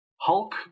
hulk